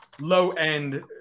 low-end